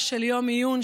(דחיית מועד התחילה של מימון תקני מתנדבים),